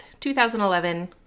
2011